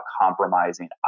compromising